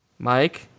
Mike